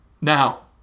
Now